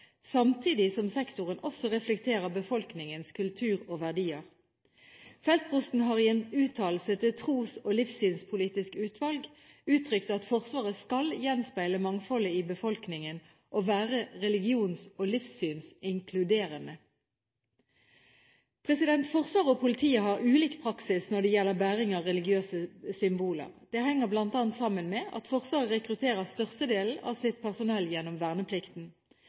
samtidig som sektoren også reflekterer befolkningens kultur og verdier. Feltprosten har i en uttalelse til Tros- og livssynspolitisk utvalg uttrykt at Forsvaret skal gjenspeile mangfoldet i befolkningen og være religions- og livssynsinkluderende. Forsvaret og politiet har ulik praksis når det gjelder bæring av religiøse symboler. Det henger bl.a. sammen med at Forsvaret rekrutterer størstedelen av sitt personell gjennom verneplikten.